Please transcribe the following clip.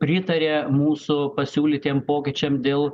pritarė mūsų pasiūlytiem pokyčiam dėl